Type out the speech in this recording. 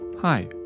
Hi